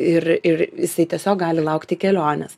ir ir jisai tiesiog gali laukti kelionės